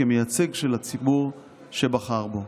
כמייצג של הציבור שבחר בו.